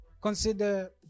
consider